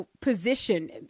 position